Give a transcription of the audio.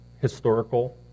historical